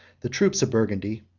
the troops of burgundy,